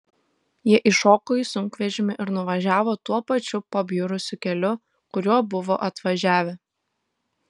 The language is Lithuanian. jie įšoko į sunkvežimį ir nuvažiavo tuo pačiu pabjurusiu keliu kuriuo buvo atvažiavę